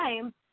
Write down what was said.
time